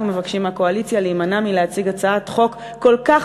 אנחנו גם מבקשים מהקואליציה להימנע מלהציג הצעת חוק כל כך